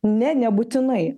ne nebūtinai